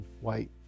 white